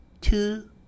two